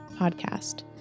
podcast